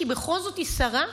כי בכל זאת היא שרה,